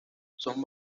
son